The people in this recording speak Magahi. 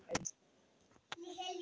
लार बैगन लगाले की बढ़िया रोहबे?